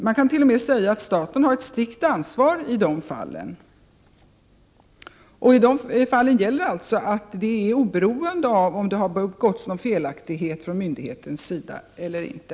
Det kan t.o.m. sägas att staten har ett strikt ansvar i de fallen, oberoende av om något fel begåtts från myndighetens sida eller inte.